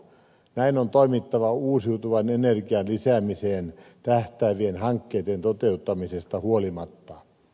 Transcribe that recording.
näin on toimittava uusiutuvan energian lisäämiseen tähtäävien hankkeiden toteuttamisesta huolimatta